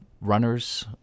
Runners